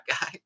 guy